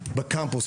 בקמפוס.